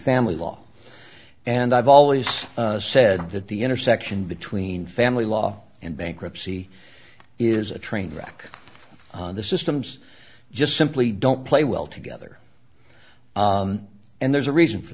family law and i've always said that the intersection between family law and bankruptcy is a train wreck this is times just simply don't play well together and there's a reason for